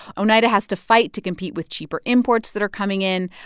oneida has to fight to compete with cheaper imports that are coming in.